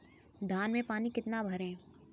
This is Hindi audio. धान में पानी कितना भरें?